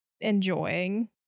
enjoying